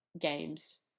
games